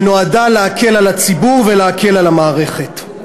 שנועדה להקל על הציבור ולהקל על המערכת.